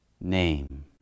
name